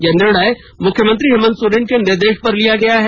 यह निर्णय मुख्यमंत्री हेमंत सोरेन के निर्देश पर लिया गया है